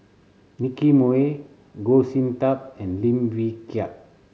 Nicky Moey Goh Sin Tub and Lim Wee Kiak